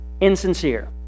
insincere